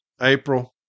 April